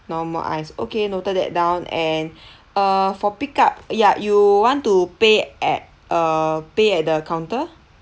normal ice okay noted that down and uh for pick up ya you want to pay at uh pay at the counter